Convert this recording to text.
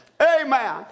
Amen